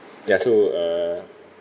ya so uh